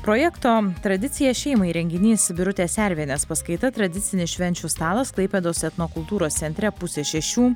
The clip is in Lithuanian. projekto tradicija šeimai renginys birutės servienės paskaita tradicinis švenčių stalas klaipėdos etnokultūros centre pusė šešių